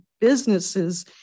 businesses